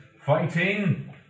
fighting